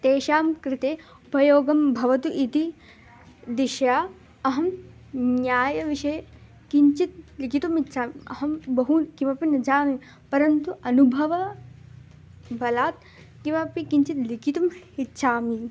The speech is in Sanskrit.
तेषां कृते उपयोगः भवतु इति दिशा अहं न्यायविषये किञ्चित् लेखितुमिच्छामि अहं बहु किमपि न जानामि परन्तु अनुभवबलात् किमपि किञ्चित् लिखितुम् इच्छामि